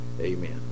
amen